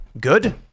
Good